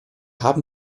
haben